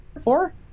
four